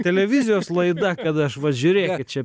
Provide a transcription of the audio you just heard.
televizijos laida kad aš va žiūrėkit čia